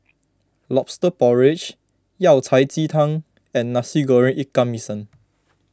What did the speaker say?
Lobster Porridge Yao Cai Ji Tang and Nasi Goreng Ikan Masin